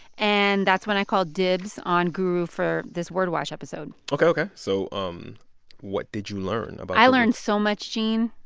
and that's when i called dibs on guru for this word watch episode ok, ok. so, um what did you learn about the. i learned so much, gene.